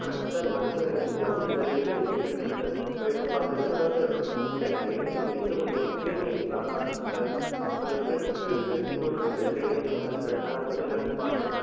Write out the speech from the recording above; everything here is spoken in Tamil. ஆ சார் நாங்கள் வந்து ஸ்ரீராம் ரயில்வே கேட் இருக்குதுல்ல சார் அதுக்கு பக்கத்தில் தான் சார் இருக்கோம் அந்த ட்ரைனேஜை மட்டும் கொஞ்சம் க்ளீன் பண்ணி தந்தால் நல்லாயிருக்கும் சார் அந்த ஃப்ரண்ட்டு ஃப்ரண்ட் டோர் கிட்டே டிரைனேஜு வருது சார் அதை மட்டும் என்னென்னு பாருங்கள் சார்